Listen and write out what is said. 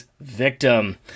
victim